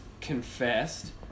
confessed